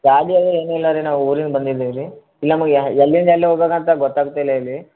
family ಅದು ಏನೂ ಇಲ್ಲ ರೀ ನಾವು ಊರಿಂದ ಬಂದಿದ್ದೀವಿ ರೀ ಇಲ್ಲಿ ನಮಗೆ ಯ ಎಲ್ಲಿಂದ ಎಲ್ಲಿ ಹೋಗಬೇಕಂತ ಗೊತ್ತಾಗ್ತಾ ಇಲ್ಲ ಇಲ್ಲಿ